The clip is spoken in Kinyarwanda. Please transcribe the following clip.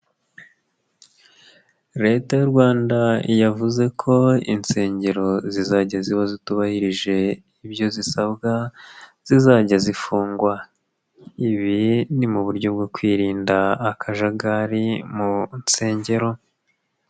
Leta y'u Rwanda yavuze ko insengero zizajya ziba zitubahirije ibyo zisabwa zizajya zifungwa, ibi ni mu buryo bwo kwirinda akajagari mu nsengero.